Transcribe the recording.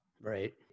Right